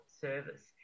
service